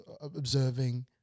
observing